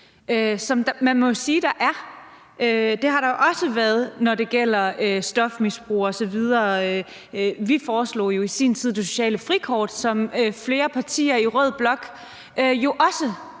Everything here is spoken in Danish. som man må jo sige der er. Det har der også været, når det gælder stofmisbrugere osv. Vi foreslog jo i sin tid det sociale frikort, som flere partier i rød blok havde